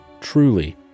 truly